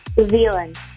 Zealand